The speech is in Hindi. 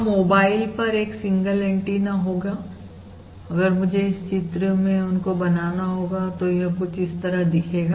और मोबाइल पर एक सिंगल एंटीना होगा अगर मुझे इसे एक चित्र में उनको बनाना होगा तो यह कुछ इस तरह दिखेगा